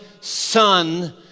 son